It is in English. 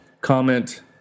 comment